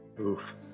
oof